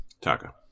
Taka